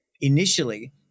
initially